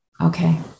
Okay